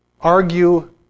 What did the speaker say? argue